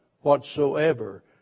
whatsoever